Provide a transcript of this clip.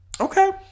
Okay